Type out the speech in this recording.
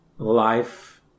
Life